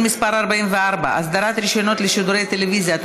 מס' 44) (אסדרת רישיונות לשידורי טלוויזיה),